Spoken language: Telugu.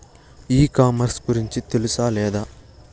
ఈ కామర్స్ గురించి తెలుసా లేదా?